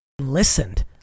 listened